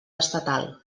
estatal